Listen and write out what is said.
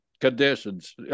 conditions